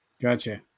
Gotcha